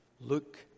Look